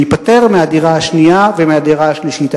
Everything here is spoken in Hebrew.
להיפטר מהדירה השנייה ומן הדירה השלישית.